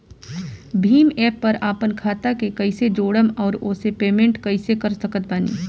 Bhim app पर आपन खाता के कईसे जोड़म आउर ओसे पेमेंट कईसे कर सकत बानी?